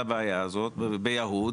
ואיך התגברתם על הבעיה הזאת ביהוד?